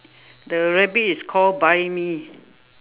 the rabbit is called buy me